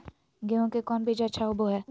गेंहू के कौन बीज अच्छा होबो हाय?